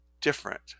different